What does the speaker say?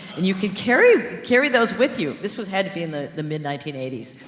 and you can carry, carry those with you. this was, had to be in the the mid nineteen eighty s,